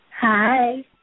Hi